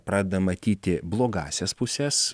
pradedam matyti blogąsias puses